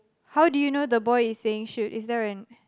how do you know the boy is saying shoot is there a